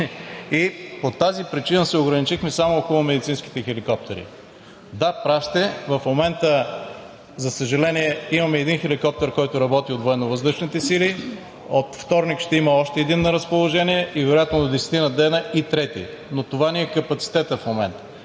и по тази причина се ограничихме само около медицинските хеликоптери. Да, прав сте. В момента, за съжаление, имаме един хеликоптер, който работи, от Военновъздушните сили, от вторник ще има още един на разположение и вероятно до десетина дена и трети, но това ни е капацитетът в момента.